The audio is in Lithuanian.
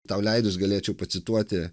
tau leidus galėčiau pacituoti